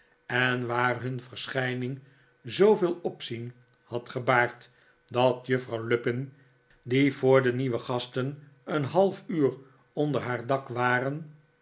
en waar hun verschijning zooveel opzien had gebaard dat juffrouw lupin die voor de nieuwe gasten een half uur onder haar dak waren